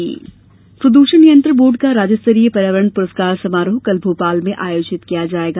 पर्यावरण पुरस्कार प्रद्षण नियंत्रण बोर्ड का राज्य स्तरीय पर्यावरण प्रस्कार समारोह कल भोपाल में आयोजित किया जाएगा